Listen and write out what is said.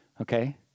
okay